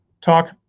talk